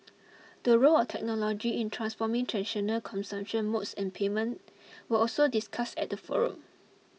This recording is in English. the role of technology in transforming traditional consumption modes and payment were also discussed at the forum